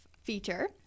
feature